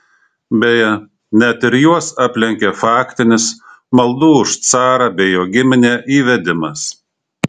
beje net ir juos aplenkė faktinis maldų už carą bei jo giminę įvedimas